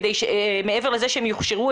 כדי שמעבר לזה שהם יוכשרו,